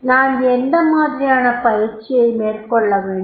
நான் எந்த மாதிரியான பயிற்சியை மேற்கொள்ளவேண்டும்